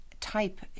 type